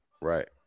right